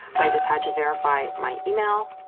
i just had to verify my email.